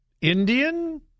Indian